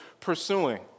pursuing